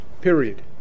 period